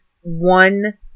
one